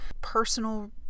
personal